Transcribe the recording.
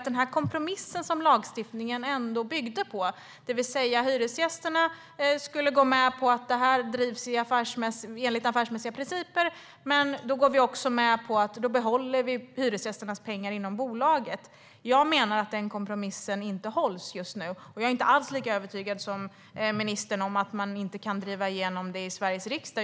Den kompromiss som lagstiftningen ändå byggde på, det vill säga att hyresgästerna skulle gå med på att det här drivs enligt affärsmässiga principer men att hyresgästernas pengar skulle behållas inom bolaget, menar jag inte hålls just nu. Och jag är inte alls lika övertygad som ministern om att man inte kan driva igenom det i Sveriges riksdag.